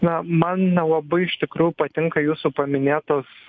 na man nelabai iš tikrųjų patinka jūsų paminėtos